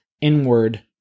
inward